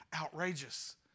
outrageous